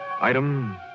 Item